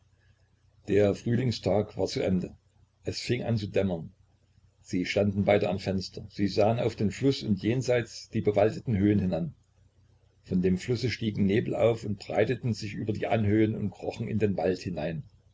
der frühlingstag war zu ende es fing an zu dämmern sie standen beide am fenster sie sahen auf den fluß und jenseits die bewaldeten höhen hinan von dem flusse stiegen nebel auf und breiteten sich über die anhöhen und krochen in den wald hinein